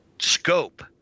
scope